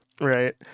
right